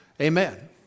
Amen